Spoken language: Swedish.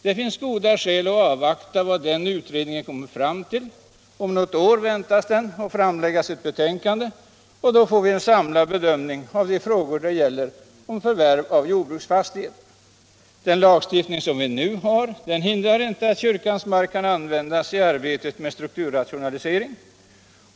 Det finns goda skäl att avvakta vad den utredningen kommer fram till. Den väntas framlägga sitt betänkande om något år. Då får vi en samlad bedömning av de frågor som gäller förvärv av jordbruksfastigheter. Den lagstiftning som vi nu har hindrar inte att kyrkans mark kan användas i arbetet med en strukturrationalisering.